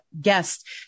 guest